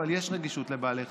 יש רגישות לבעלי חיים.